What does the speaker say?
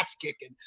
kicking